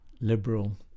liberal